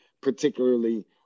particularly